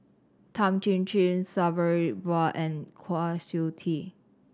Tan Chin Chin Sabri Buang and Kwa Siew Tee